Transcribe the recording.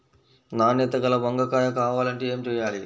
నాణ్యత గల వంగ కాయ కావాలంటే ఏమి చెయ్యాలి?